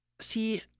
See